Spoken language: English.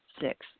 Six